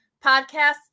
podcasts